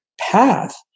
path